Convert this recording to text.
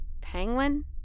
Penguin